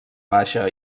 baixa